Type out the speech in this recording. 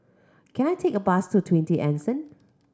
can I take a bus to Twenty Anson